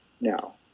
now